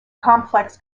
complex